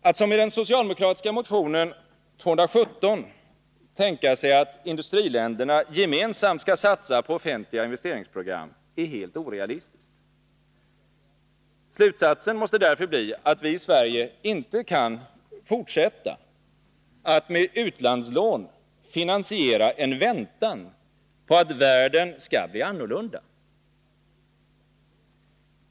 Att som man gör i den socialdemokratiska motionen 217 tänka sig att industriländerna gemensamt skall satsa på offentliga investeringsprogram är helt orealistiskt. Slutsatsen måste därför bli att vi i Sverige inte kan fortsätta att med utlandslån finansiera en väntan på att världen skall bli annorlunda.